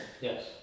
Yes